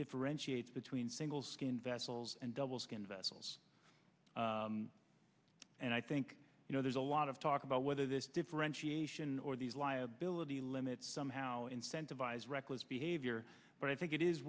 differentiate between single skin vessels and double skin vessels and i think you know there's a lot of talk about whether this differentiation or these liability limits somehow incentivize reckless behavior but i think it is